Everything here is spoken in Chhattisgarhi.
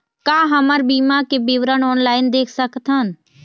का हमर बीमा के विवरण ऑनलाइन देख सकथन?